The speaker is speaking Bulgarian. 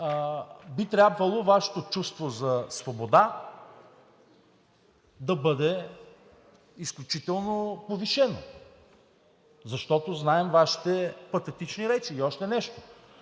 би трябвало Вашето чувство за свобода да бъде изключително повишено, защото знаем Вашите патетични речи. И още нещо